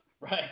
Right